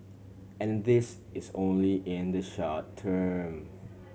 and this is only in the short term